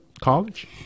college